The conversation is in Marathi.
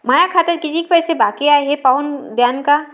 माया खात्यात कितीक पैसे बाकी हाय हे पाहून द्यान का?